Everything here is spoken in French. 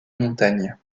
montagne